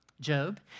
Job